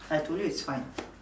I told you it's fine